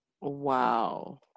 wow